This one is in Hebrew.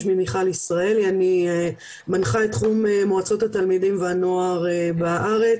שמי מיכל ישראלי אני מנחה את תחום מועצות התלמידים והנוער בארץ,